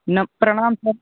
न प्रणाम सर